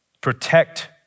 Protect